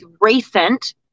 recent